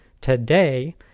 today